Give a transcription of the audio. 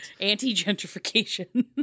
anti-gentrification